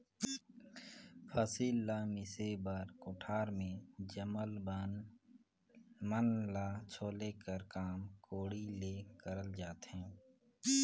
फसिल ल मिसे बर कोठार मे जामल बन मन ल छोले कर काम कोड़ी ले करल जाथे